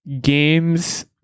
games